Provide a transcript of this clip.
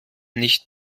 nicht